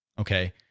Okay